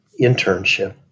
internship